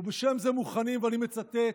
ובשם זה מוכנים, ואני מצטט: